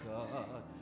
God